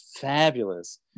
fabulous